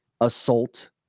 assault